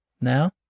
Now